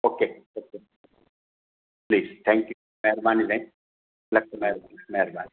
okay okay please thank you महिरबानी साईं लख महिरबानी महिरबानी